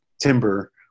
timber